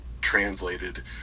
translated